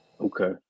Okay